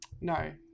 no